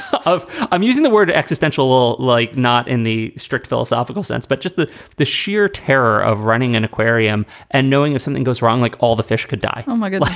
of i'm using the word existential like not in the strict philosophical sense, but just the the sheer terror of running an aquarium and knowing if something goes wrong, like all the fish could die. oh, my goodness.